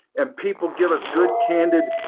and people give us good, candid,